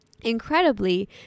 incredibly